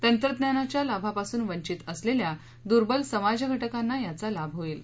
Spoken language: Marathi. तंत्रज्ञानाच्या लाभापासून वंचित असलेल्या दूर्बल समाजघटकांना याचा लाभ होईल